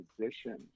position